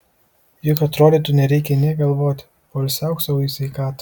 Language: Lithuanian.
juk atrodytų nereikia nė galvoti poilsiauk sau į sveikatą